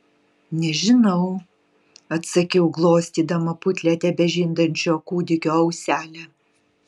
nežinau atsakiau glostydama putlią tebežindančio kūdikio auselę